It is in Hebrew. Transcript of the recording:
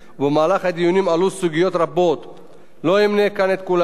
לא אמנה כאן את כולן, אך בכל זאת אזכיר כמה מהן.